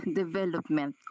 development